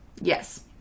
Yes